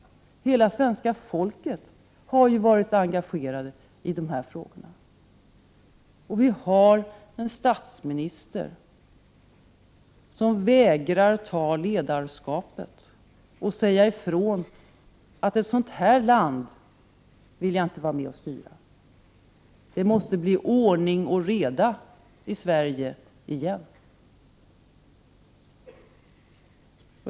Hela svenska folket har ju varit engagerat i den här frågan. Vi har en statsminister som vägrar ta ledarskapet och säga ifrån att ett land som detta vill jag inte vara med och styra. Det måste bli ordning och reda i Sverige igen.